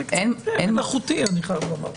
זה קצת מלאכותי, אני חייב לומר.